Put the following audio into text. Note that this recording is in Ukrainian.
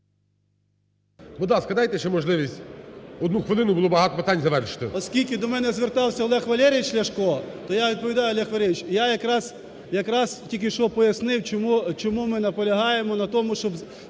ласка, дайте ще можливість одну хвилину, було багато питань, завершити. 11:19:06 КНЯЗЕВИЧ Р.П. Оскільки до мене звертався Олег Валерійович Ляшко, то я відповідаю, Олег Валерійович, я якраз тільки що пояснив чому ми наполягаємо на тому, щоб